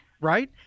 Right